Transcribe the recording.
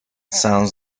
sounds